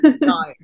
no